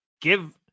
Give